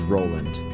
Roland